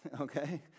Okay